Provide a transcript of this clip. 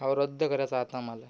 हो रद्द करायचं आहे आता आम्हाला